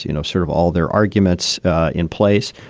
you know, sort of all their arguments in place,